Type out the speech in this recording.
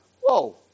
Whoa